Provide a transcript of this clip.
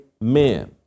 men